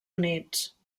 units